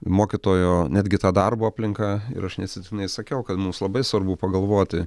mokytojo netgi ta darbo aplinka ir aš neatsitiktinai sakiau kad mums labai svarbu pagalvoti